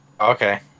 Okay